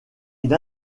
une